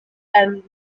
and